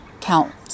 counts